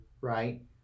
right